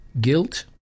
guilt